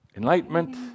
Enlightenment